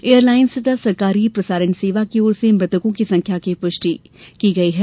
airline तथा सरकारी प्रसारण सेवा की ओर से मृतकों की संख्या की पुष्टि की गई है